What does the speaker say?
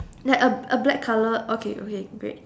like a a black colour okay okay great